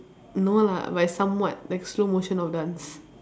no lah but somewhat like slow motion of dance